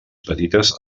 petites